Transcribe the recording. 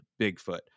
Bigfoot